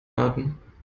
warten